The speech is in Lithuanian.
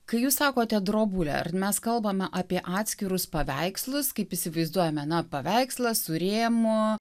kai jūs sakote drobulę ar mes kalbame apie atskirus paveikslus kaip įsivaizduojame na paveikslą su rėmu